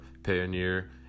Pioneer